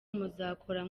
muzakora